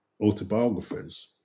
autobiographies